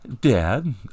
Dad